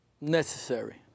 Necessary